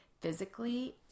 physically